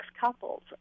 couples